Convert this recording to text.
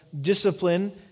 discipline